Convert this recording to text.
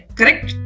correct